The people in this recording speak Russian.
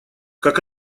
как